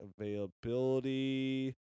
Availability